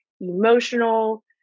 emotional